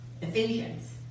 Ephesians